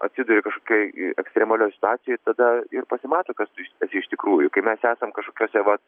atsiduri kažkokioj ekstremalioj situacijoj tada ir pasimato kas tu iš esi iš tikrųjų kai mes esam kažkokiose va